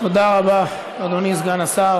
תודה רבה, אדוני סגן השר.